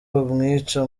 bamwica